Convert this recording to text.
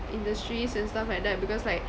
industries and stuff like that because like